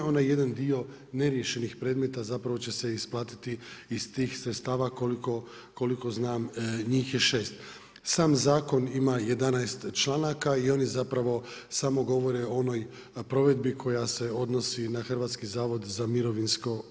Onaj jedan dio neriješenih predmeta zapravo će se isplatiti iz tih sredstava koliko znam njih je 6. Sam zakon ima 11 članaka i oni zapravo samo govore o onoj provedbi koja se odnosi na HZMO.